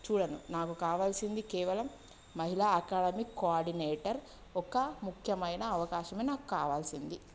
చూడను నాకు కావాల్సింది కేవలం మహిళా అకాడమిక్ కోఆర్డినేటర్ ఒక ముఖ్యమైన అవకాశమే నాకు కావాల్సింది